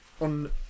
on